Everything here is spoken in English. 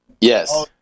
yes